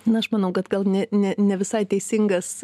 na aš manau kad gal ne ne ne visai teisingas